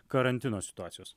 karantino situacijos